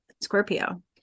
Scorpio